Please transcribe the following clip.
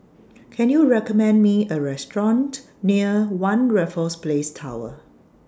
Can YOU recommend Me A Restaurant near one Raffles Place Tower